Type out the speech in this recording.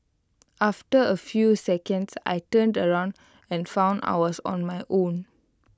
after A few seconds I turned around and found I was on my own